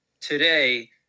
today